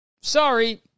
sorry